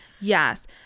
Yes